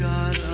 God